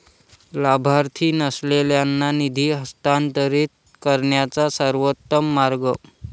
लाभार्थी नसलेल्यांना निधी हस्तांतरित करण्याचा सर्वोत्तम मार्ग